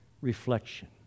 reflection